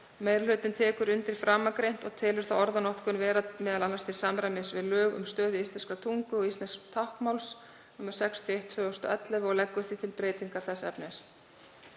Meiri hlutinn tekur undir framangreint og telur þá orðanotkun vera m.a. til samræmis við lög um stöðu íslenskrar tungu og íslensks táknmáls, nr. 61/2011, og leggur því til breytingar þess efnis.